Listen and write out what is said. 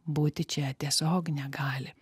būti čia tiesiog negali